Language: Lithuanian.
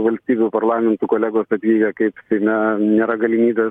valstybių parlamentų kolegos atvykę kaip seime nėra galimybės